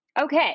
okay